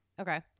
Okay